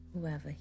Whoever